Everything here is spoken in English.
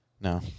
No